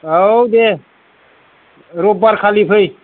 औ दे रबिबार खालि फै